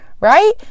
right